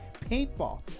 paintball